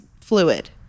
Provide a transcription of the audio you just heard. fluid